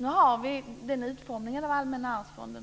Nu har Allmänna arvsfonden den utformningen, och jag är inte